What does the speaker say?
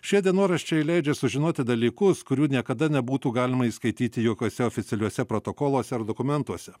šie dienoraščiai leidžia sužinoti dalykus kurių niekada nebūtų galima išskaityti jokiuose oficialiuose protokoluose ar dokumentuose